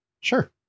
Sure